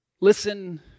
listen